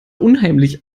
unheimlich